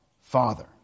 Father